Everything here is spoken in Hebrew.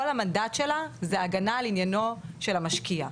כל המנדט שלה זה הגנה על עניינו של המשקיע.